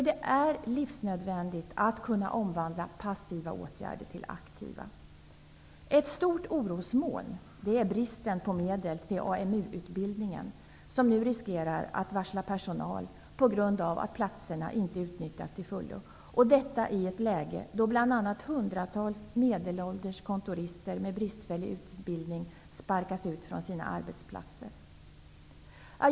Det är livsnödvändigt för att man skall kunna omvandla det passiva till aktiva åtgärder. Ett stort orosmoln är bristen på medel till AMU utbildningen, som nu riskerar att tvingas varsla personal på grund av att platserna inte utnyttjas till fullo -- och detta i ett läge då bl.a. hundratals medelålders kontorister med bristfällig utbildning sparkas ut från arbetsplatser.